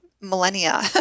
millennia